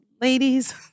ladies